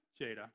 Jada